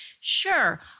Sure